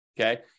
okay